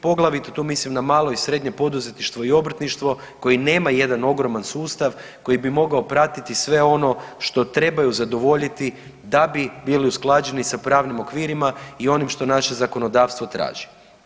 Poglavito tu mislim na malo i srednje poduzetništvo i obrtništvo koji nemaju jedan ogroman sustav koji bi mogao pratiti sve ono što trebaju zadovoljiti da bi bili usklađeni sa pravnim okvirima i onim što naše zakonodavstvo traži.